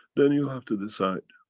then you have to decide.